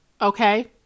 okay